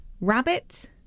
Rabbit